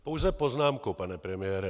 Pouze poznámku, pane premiére.